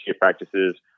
practices